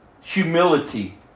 Humility